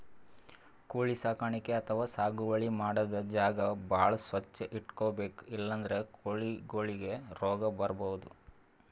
ಕೋಳಿ ಸಾಕಾಣಿಕೆ ಅಥವಾ ಸಾಗುವಳಿ ಮಾಡದ್ದ್ ಜಾಗ ಭಾಳ್ ಸ್ವಚ್ಚ್ ಇಟ್ಕೊಬೇಕ್ ಇಲ್ಲಂದ್ರ ಕೋಳಿಗೊಳಿಗ್ ರೋಗ್ ಬರ್ಬಹುದ್